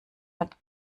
mit